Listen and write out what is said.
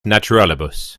naturalibus